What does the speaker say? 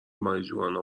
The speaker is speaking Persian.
ماریجوانا